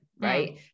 right